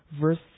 Verse